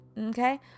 Okay